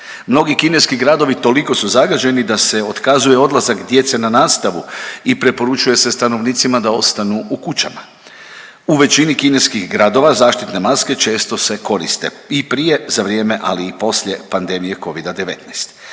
Mnogi kineski gradovi toliko su zagađeni da se otkazuje odlazak djece na nastavu i preporučuje se stanovnicima da ostanu u kućama. U većini kineskih gradova zaštitne maske često se koriste i prije, za vrijeme, ali i poslije pandemije Covida-19.